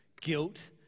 guilt